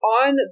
on